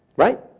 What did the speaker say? right.